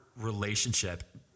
relationship